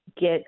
get